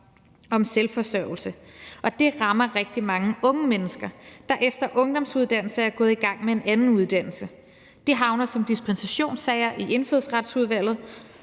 om selvforsørgelse, og det rammer rigtig mange unge mennesker, der efter ungdomsuddannelse er gået i gang med en anden uddannelse. Det havner som dispensationssager i Indfødsretsudvalget,